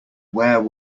where